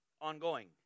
ongoing